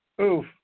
Oof